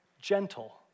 gentle